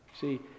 See